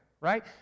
right